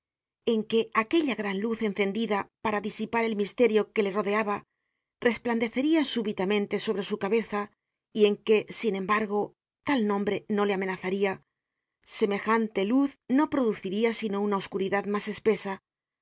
en que aquella gran luz encendida para disipar el misterio que le rodeaba resplandeceria súbitamente sobre su cabeza y en que sin embargo tal nombre no le amenazaria semejante luz no produciria sino una oscuridad mas espesa